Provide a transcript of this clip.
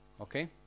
Okay